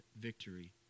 victory